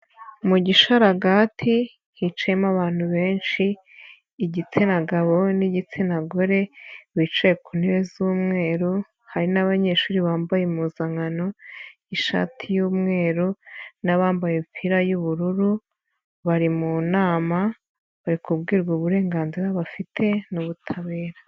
Mu gishararagati hicayeyemo abantu benshi igitsina gabo n'igitsina gore bicaye ku ntebe z'umweru hari n'abanyeshuri bambaye impuzankano ishati ymweru n'abambaye imipira y'ubururu bari mu nama bari kubwirwa uburenganzira bafite n'ubutabera.